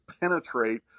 penetrate